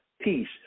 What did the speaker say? peace